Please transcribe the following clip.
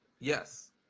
yes